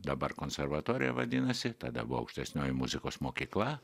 dabar konservatorija vadinasi tada buvo aukštesnioji muzikos mokykla